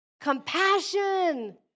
compassion